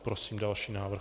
Prosím o další návrh.